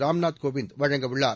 ராம்நாத் கோவிந்த் வழங்கவுள்ளார்